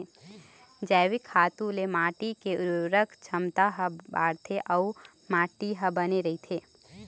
जइविक खातू ले माटी के उरवरक छमता ह बाड़थे अउ माटी ह बने रहिथे